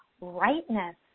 rightness